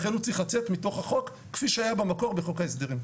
לכן הוא צריך לצאת מתוך החוק כפי שהיה במקור החוק ההסדרים.